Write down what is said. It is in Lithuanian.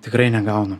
tikrai negaunam